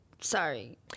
Sorry